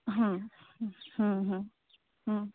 ହଁ ହଁ ହଁ ହଁ